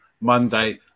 Monday